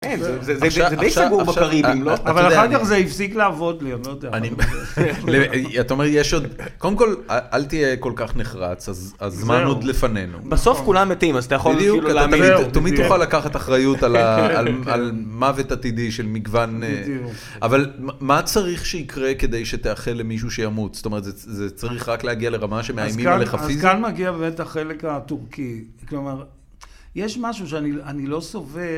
אין, זה די שגור בקריבים, לא? אבל אחר כך זה הפסיק לעבוד לי, אני לא יודע. אתה אומר, יש עוד... קודם כול, אל תהיה כל כך נחרץ, הזמן עוד לפנינו. בסוף כולם מתים, אז אתה יכול כאילו להגיד. תמיד תוכל לקחת אחריות על מוות עתידי של מגוון... בדיוק. אבל מה צריך שיקרה כדי שתאחל למישהו שימות? זאת אומרת, זה צריך רק להגיע לרמה שמאיימים עליך פיזית? אז כאן מגיע באמת החלק הטורקי. כלומר, יש משהו שאני לא סובב...